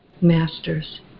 masters